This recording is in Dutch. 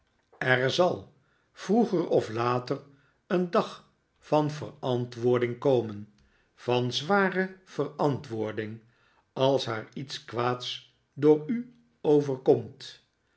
er zal vroeger of later een dag van verantwoording komen van zware verantwoording als haar iets kwaads door u overkomt